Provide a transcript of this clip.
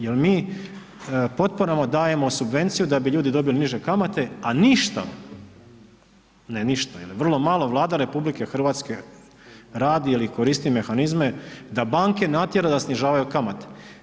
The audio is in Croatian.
Jer mi potporama dajemo subvenciju da bi ljudi dobili niže kamate, a ništa, ne ništa ili vrlo malo Vlada RH radi ili koristi mehanizme da banke natjera da snižavaju kamate.